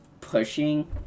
pushing